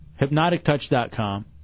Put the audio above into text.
hypnotictouch.com